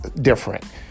different